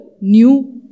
new